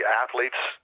athletes